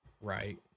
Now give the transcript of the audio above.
Right